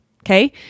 Okay